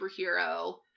superhero